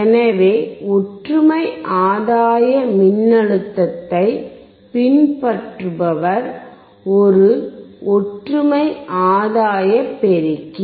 எனவே ஒற்றுமை ஆதாய மின்னழுத்தத்தைப் பின்பற்றுபவர் ஒரு ஒற்றுமை ஆதாய பெருக்கி